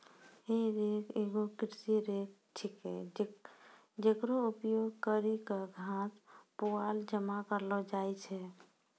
हे रेक एगो कृषि रेक छिकै, जेकरो उपयोग करि क घास, पुआल जमा करलो जाय छै